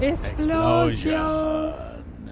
Explosion